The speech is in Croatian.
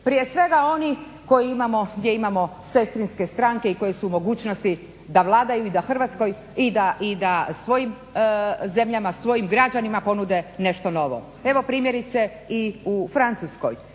Prije svega oni gdje imamo sestrinske stranke i koji su u mogućnosti da vladaju i da svojim zemljama, svojim građanima ponude nešto novo. Evo primjerice i u Francuskoj,